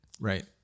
right